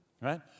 right